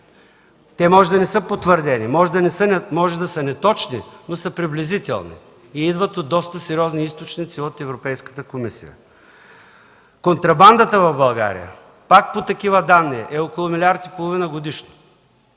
Те може да не са потвърдени, може да са неточни, но са приблизителни и идват от доста сериозни източници от Европейската комисия. Контрабандата в България, пак по такива данни, е около милиард и половина годишно.